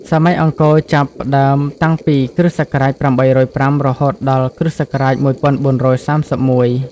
សម័យអង្គរចាប់ផ្តើមតាំងពី គ.ស. ៨០៥ រហូតដល់ គ.ស. ១៤៣១។